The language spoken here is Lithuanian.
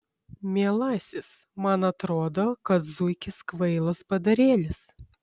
mielasis man atrodo kad zuikis kvailas padarėlis